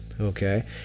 okay